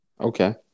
Okay